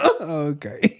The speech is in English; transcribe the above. Okay